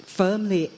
firmly